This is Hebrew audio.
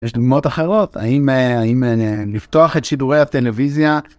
יש דוגמאות אחרות, האם לפתוח את שידורי הטלוויזיה.